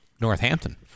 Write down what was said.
Northampton